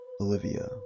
Olivia